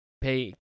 pay